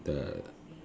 the